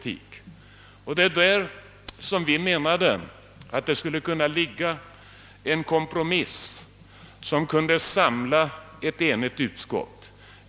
Det är därför vi menar att det skulle kunna utgöra grundval för en kompromiss som kunde samla ett enigt utskott.